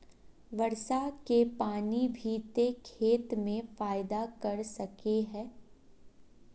वर्षा के पानी भी ते खेत में फायदा कर सके है?